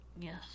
Yes